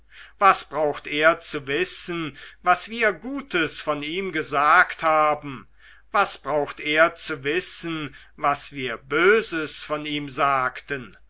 was braucht er zu wissen was wir gutes von ihm gesagt haben was braucht er zu wissen was wir böses von ihm sagten